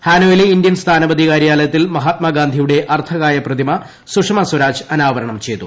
ഹാനോയിലെ Indian സ്ഥാനപതി കാര്യാലയത്തിൽ മഹാത്മാഗാന്ധിയുടെ അർദ്ധകായ പ്രതിമ സുഷമ സ്വരാജ് അനാവരണം ചെയ്തു